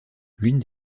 l’une